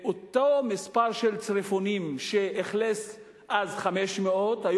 אותו מספר של צריפונים שאכלס אז 500 תושבים,